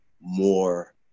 more